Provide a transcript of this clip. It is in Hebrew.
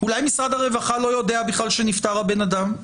אולי משרד הרווחה לא יודע בכלל שנפטר הבן אדם?